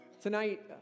Tonight